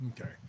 Okay